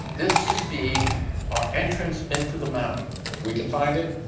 this could be our entrance into the mountain. if we can find it,